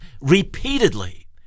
repeatedly